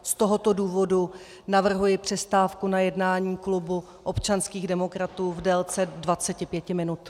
Z tohoto důvodu navrhuji přestávku na jednání klubu občanských demokratů v délce dvaceti pěti minut.